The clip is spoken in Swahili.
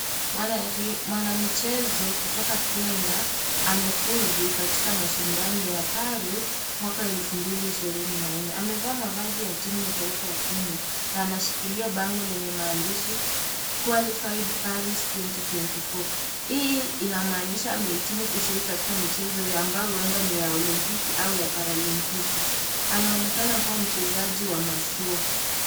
Mwanamichezo kutoka Kenya amefuzu katika mashindano ya Paris 2024. Amevaa mavazi ya timu ya taifa ya Kenya na anashikilia bango lenye maandishi qualified pulse 2024 ,hii inamaanisha amehitimu kushiriki katika michezo hio ambayo huenda ni ya oliompiki au ya paralimpiki. Anaonekana kuwa mchezaji wa mashua.